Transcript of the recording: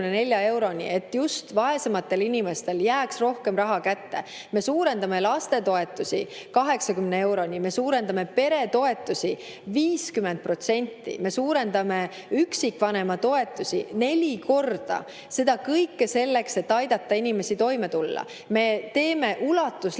et just vaesematel inimestel jääks rohkem raha kätte. Me suurendame lastetoetusi 80 euroni, me suurendame peretoetusi 50%, me suurendame üksikvanema toetusi neli korda. Seda kõike selleks, et aidata inimesi toime tulla. Me teeme ulatusliku